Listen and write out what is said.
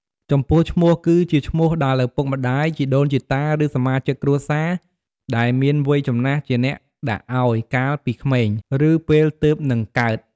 ចំពោះឈ្មោះ គឺជាឈ្មោះដែលឪពុកម្តាយ ជីដូនជីតា ឬ សមាជិកគ្រួសារដែលមានវ័យចំណាស់ជាអ្នកដាក់ឲ្យកាលពីក្មេង ឬពេលទើបនិងកើត។